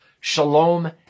shalom